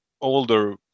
older